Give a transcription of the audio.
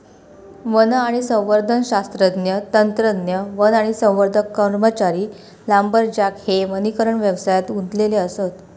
one आणि संवर्धन शास्त्रज्ञ, तंत्रज्ञ, वन आणि संवर्धन कर्मचारी, लांबरजॅक हे वनीकरण व्यवसायात गुंतलेले असत